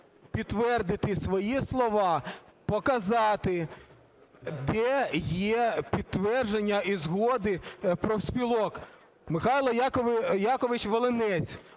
підтвердити свої слова, показати, де є підтвердження і згоди профспілок. Михайло Якович Волинець